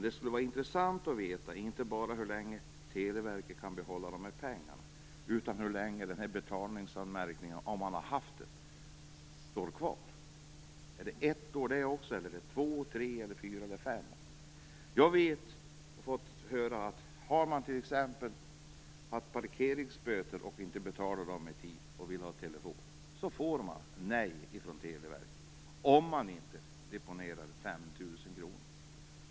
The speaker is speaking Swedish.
Det skulle vara intressant att veta, inte bara hur länge Telia kan behålla pengarna, utan också hur länge betalningsanmärkningen står kvar. Är det också ett år eller två, tre, fyra eller fem år? Jag har fått höra att har man t.ex. fått parkeringsböter och inte betalat i tid och vill ha telefon får man nej från Telia, om man inte deponerar 5 000 kr.